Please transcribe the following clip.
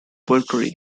burglary